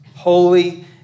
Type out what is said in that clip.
Holy